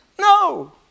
No